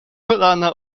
kolana